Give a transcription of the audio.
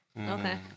Okay